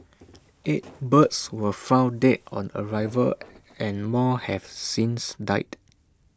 eight birds were found dead on arrival and more have since died